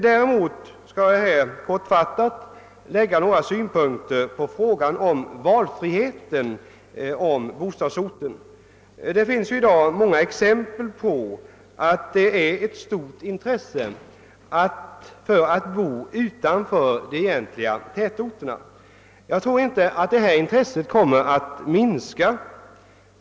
Däremot skall jag helt kortfattat lägga fram några synpunkter på frågan om valmöjligheten beträffande bostadsort. Det finns i dag många exempel på att det råder stort intresse för att bosätta sig utanför de egentliga tätorterna. Jag tror inte att detta intresse kommer att minska.